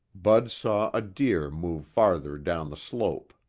bud saw a deer move farther down the slope.